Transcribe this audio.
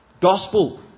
gospel